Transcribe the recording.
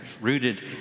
rooted